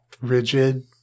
rigid